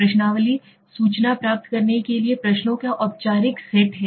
प्रश्नावली सूचना प्राप्त करने के लिए प्रश्नों का औपचारिक सेट है